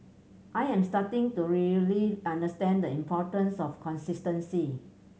I am starting to really understand the importance of consistency